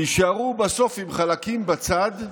ויישארו בסוף עם חלקים בצד,